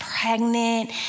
pregnant